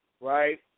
right